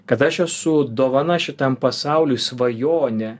kad aš esu dovana šitam pasauliui svajonė